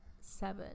seven